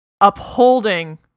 upholding